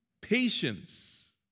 patience